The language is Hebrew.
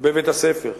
בבית-הספר.